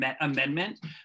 Amendment